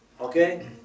Okay